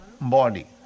body